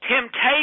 Temptation